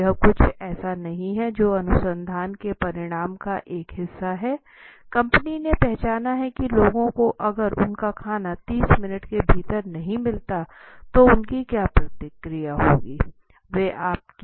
यह कुछ ऐसा नहीं है जो अनुसंधान के परिणाम का एक हिस्सा है कंपनी ने पहचाना है की लोगों को अगर उनका खाना 30 मिनट के भीतर नहीं मिलता तो उनकी क्या प्रतिक्रिया होगी